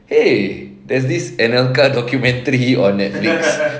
!hey! there's this anelka documentary on Netflix